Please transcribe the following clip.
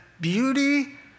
beauty